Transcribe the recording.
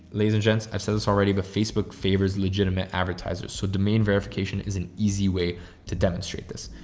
ladies and gents, i said this already, but facebook favors legitimate advertisers. so domain verification is an easy way to demonstrate this.